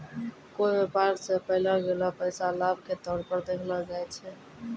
कोय व्यापार स पैलो गेलो पैसा लाभ के तौर पर देखलो जाय छै